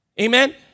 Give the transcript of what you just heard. Amen